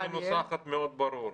ההחלטה הייתה מנוסחת מאוד ברור.